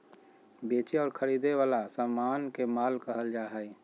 बेचे और खरीदे वला समान के माल कहल जा हइ